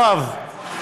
יואב,